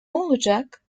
olacak